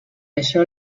això